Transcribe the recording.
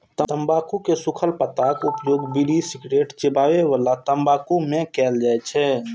तंबाकू के सूखल पत्ताक उपयोग बीड़ी, सिगरेट, चिबाबै बला तंबाकू मे कैल जाइ छै